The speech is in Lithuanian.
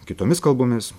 kitomis kalbomis